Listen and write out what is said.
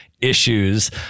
issues